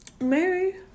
Mary